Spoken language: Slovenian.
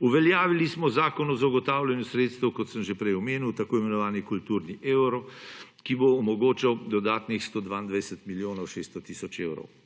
Uveljavili smo Zakon o zagotavljanju sredstev, kot sem že prej omenil, tako imenovani kulturni evro, ki bo omogočal dodatnih 122 milijonov 600 tisoč evrov.